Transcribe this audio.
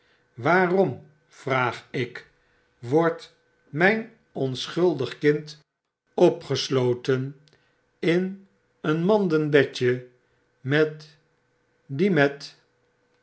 waarom vraag ik wordt mijn onschuldig kind ipipp ppilpplpippff geboorte beeichten opgesloten in een manden bedje met diemet